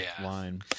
line